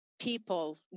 people